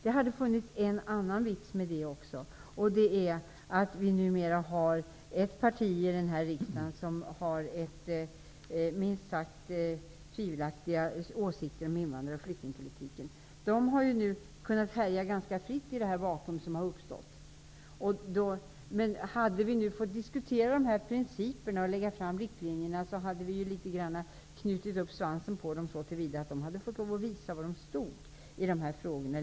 Det hade varit en annan vits med det också, och det har att göra med att det numera finns ett parti i riksdagen som har minst sagt tvivelaktiga åsikter om invandrar och flyktingpolitiken. De har nu kunnat härja ganska fritt i det vakuum som har uppstått. Om vi hade fått diskutera de här principerna och lägga fram riktlinjerna, hade vi knutit upp svansen på dem så till vida att de litet mera konkret hade fått visa var de står i de här frågorna.